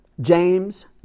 James